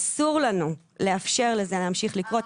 אסור לנו לאפשר לזה להמשיך לקרות.